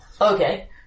Okay